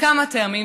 כמה טעמים,